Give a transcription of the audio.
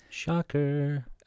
Shocker